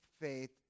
faith